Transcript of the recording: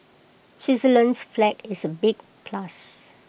Switzerland's flag is A big plus